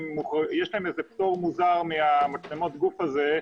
יש להם איזה פטור מוזר ממצלמות הגוף האלה,